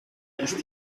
ist